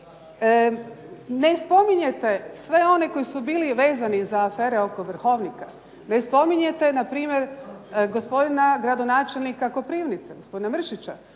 Ne spominjete sve one koji su bili vezani uz afere oko Vrhovnika, ne spominjete na primjer gospodina gradonačelnika Koprivnice, gospodina Mršića,